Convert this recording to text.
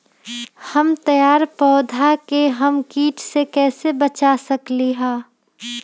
हमर तैयार पौधा के हम किट से कैसे बचा सकलि ह?